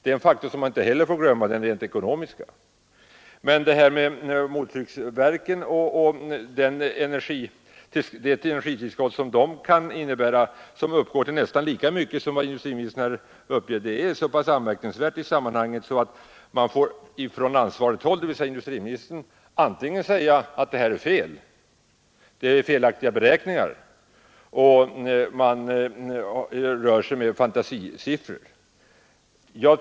Det är alltså en ekonomisk faktor som vi inte får glömma. Detta med mottryckskraftverken och det energitillskott som de kan svara för — vilket alltså uppgår till nästan lika mycket som industriministern här har uppgivit — är en så pass angelägen sak, att man från ansvarigt håll måste säga ifrån om det är felaktiga beräkningar och om man här rör sig med fantasisiffror.